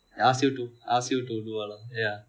like ask you to ask you to do up lah